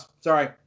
sorry